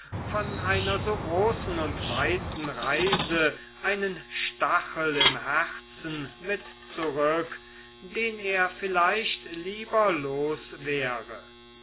von einer so weiten großen reise einen stachel im herzen mit zurück den er vielleicht lieber los wäre